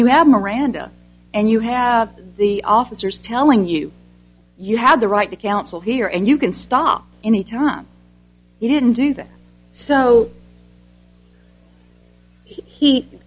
you have miranda and you have the officers telling you you have the right to counsel here and you can stop any time you didn't do that so he